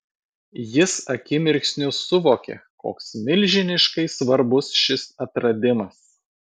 jis akimirksniu suvokė koks milžiniškai svarbus šis atradimas